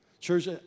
Church